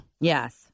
Yes